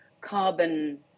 carbon